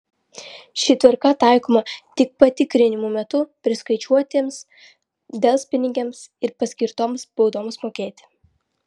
ši tvarka taikoma tik patikrinimų metu priskaičiuotiems delspinigiams ir paskirtoms baudoms mokėti